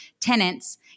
tenants